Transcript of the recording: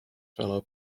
fellow